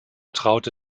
traute